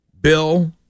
Bill